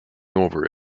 over